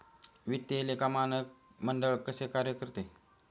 वित्तीय लेखा मानक मंडळ कसे कार्य करते?